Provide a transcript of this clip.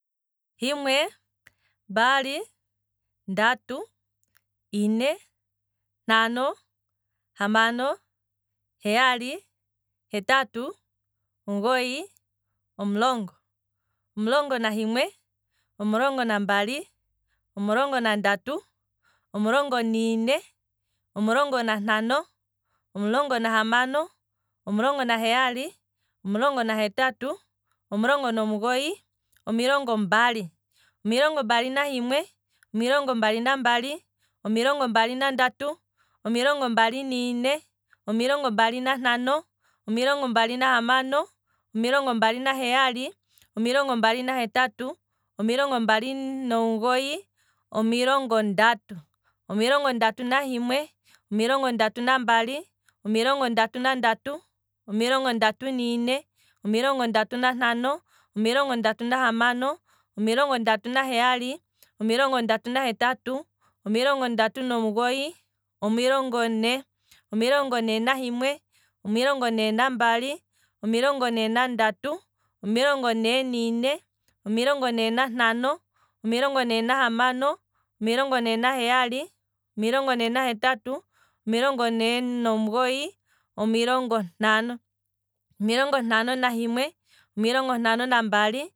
Himwe, mbali, ndatu, ine, ntano, hamano, heyali, hetatu, omugoyi, omulongo, omulongo nahimwe, omulongo nambali, omulongo nandatu. omulongo nane, omulongo nantano. omulongo nahamano, omulongo naheyali, omulongo nahetatu, omulongo nomugoyi, omilongo mbali, omilongo mbali nahimwe, omilongo mbali nambali, omilongo mbali nandatu, omilongo mbali nane, omilongo mbali nantano, omilongo mbali nahamano, omilongo mbali naheyali, omilongo mbali nahetatu, omilongo mbali nomugoyi, omilongo ndatu, omilongo ndatu nahimwe, omilongo ndatu nambali, omilongo ndatu nandatu, omilongo ndatu nane, omilongo ndatu nantano, omilongo ndatu nahamano, omilongo ndatu naheyali, omilongo ndatu nahetatu, omilongo ndatu nomugoyi, omilongo ne, omilongo ne nahimwe, omilongo ne nambali, omilongo ne nandatu, omilongo ne nane, omilongo ne nantano, omilongo ne nahamano, omilongo ne naheyali, omilongo ne nahetatu, omilongo ne nomugoyi, omilongo ntano, omilongo ntano nahimwe, omilongo ntano nambali